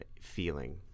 feeling